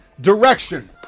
direction